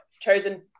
chosen